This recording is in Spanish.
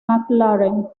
mclaren